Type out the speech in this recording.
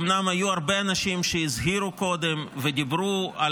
אומנם היו הרבה אנשים שהזהירו קודם ודיברו על